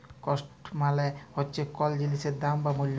cost মালে হচ্যে কল জিলিসের দাম বা মূল্য